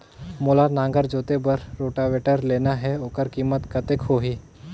मोला नागर जोते बार रोटावेटर लेना हे ओकर कीमत कतेक होही?